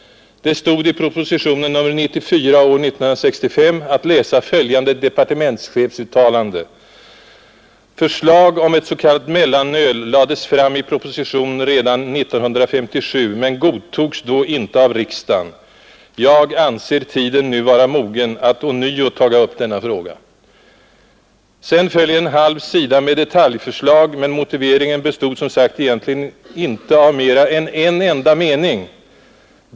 Det stod i propositionen 94 år 1965 att läsa följande departementschefsuttalande: ”Förslag om ett s.k. mellanöl lades fram i proposition redan år 1957 men godtogs då inte av riksdagen. Jag anser tiden nu vara mogen att ånyo taga upp denna fråga.” Sedan följer en halv sida med detaljförslag men motiveringen bestod som sagt egentligen inte av mera än en enda mening.